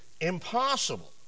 impossible